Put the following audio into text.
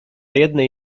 jednej